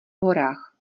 horách